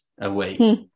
away